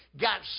got